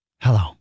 Hello